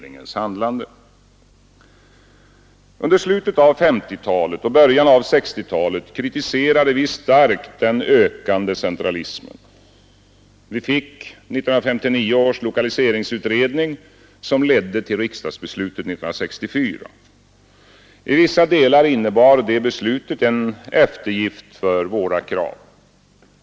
Under slutet av 1950-talet och början av 1960-talet kritiserade vi starkt den ökande centralismen. Vi fick 1959 års lokaliseringsutredning som ledde till riksdagsbeslut 1964. I vissa delar innebar det beslutet en eftergift för våra krav.